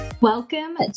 Welcome